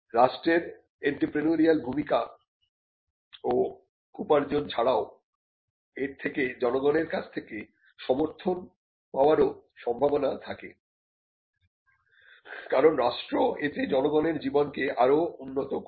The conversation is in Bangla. রাষ্ট্রের এন্ত্রেপ্রেনিউরিয়াল ভূমিকা ও উপার্জন ছাড়াও এর থেকে জনগণের কাছ থেকে সমর্থন পাবারও সম্ভাবনা থাকে কারণ রাস্ট্র এতে জনগণের জীবনকে আরও উন্নত করছে